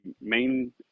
main